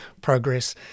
progress